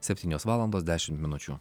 septynios valandos dešimt minučių